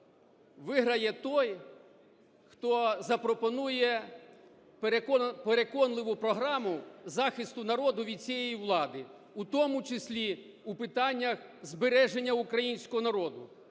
виграє той, хто запропонує переконливу програму захисту народу від цієї влади, у тому числі у питаннях збереження українського народу,